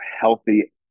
healthy